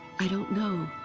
i don't know.